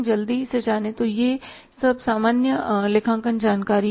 जल्दी से जाने तो यह सब सामान्य लेखांकन जानकारी है